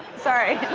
sorry.